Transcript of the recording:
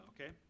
okay